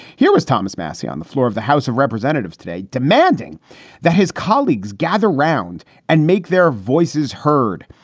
here was thomas massie on the floor of the house of representatives today demanding that his colleagues gather round and make their voices heard.